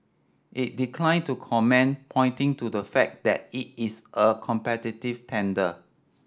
it declined to comment pointing to the fact that it is a competitive tender